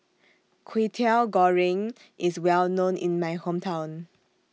Kwetiau Goreng IS Well known in My Hometown